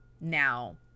Now